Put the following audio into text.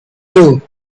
you